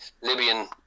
Libyan